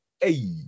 Hey